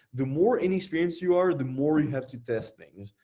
the more inexperienced you are, the more you have to test things.